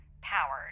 powered